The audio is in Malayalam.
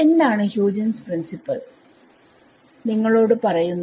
എന്താണ് ഹ്യൂജൻസ്പ്രിൻസിപ്പിൾ നിങ്ങളോട് പറയുന്നത്